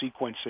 sequencing